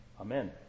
Amen